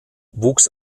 wuchs